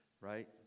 right